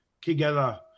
together